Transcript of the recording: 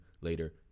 later